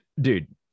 Dude